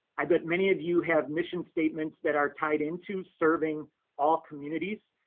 i bet many of you have mission statements that are tied into serving all communities.